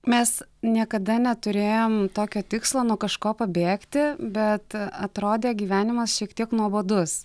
mes niekada neturėjom tokio tikslo nuo kažko pabėgti bet atrodė gyvenimas šiek tiek nuobodus